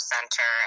Center